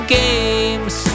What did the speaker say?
games